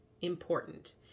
important